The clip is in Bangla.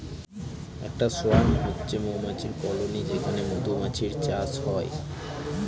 একটা সোয়ার্ম হচ্ছে মৌমাছির কলোনি যেখানে মধুমাছির চাষ হয়